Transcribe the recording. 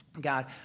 God